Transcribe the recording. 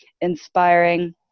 inspiring